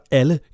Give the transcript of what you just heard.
alle